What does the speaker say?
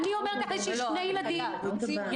אני אומרת לך יש לי שני ילדים ביסודי,